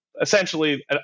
essentially